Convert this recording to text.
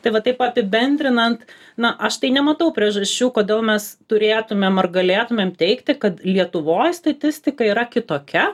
tai va taip apibendrinant na aš tai nematau priežasčių kodėl mes turėtumėm ar galėtumėm teigti kad lietuvoj statistika yra kitokia